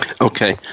Okay